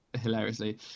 hilariously